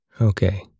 Okay